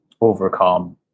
overcome